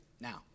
now